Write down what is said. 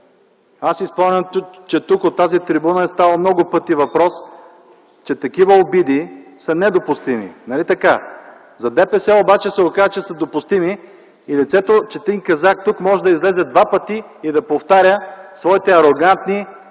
Аз си спомням, че тук, от тази трибуна е ставало много пъти въпрос, че такива обиди са недопустими, нали така? За ДПС обаче се оказа, че са допустими и лицето Четин Казак тук може да излезе два пъти и да повтаря своите арогантни